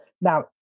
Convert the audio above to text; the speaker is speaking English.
Now